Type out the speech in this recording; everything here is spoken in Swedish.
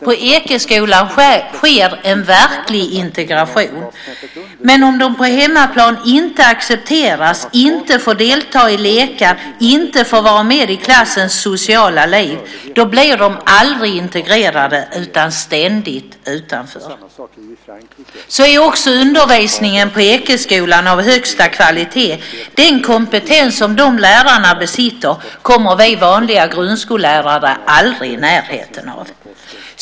På Ekeskolan sker en verklig integration, men om de på hemmaplan inte accepteras, inte får delta i lekar och inte får vara med i klassens sociala liv blir de aldrig integrerade utan ständigt utanför. Så är också undervisningen på Ekeskolan av högsta kvalitet. Den kompetens som de lärarna besitter kommer vi vanliga grundskollärare aldrig i närheten av.